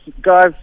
guys